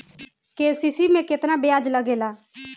KCC में केतना ब्याज लगेला?